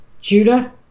Judah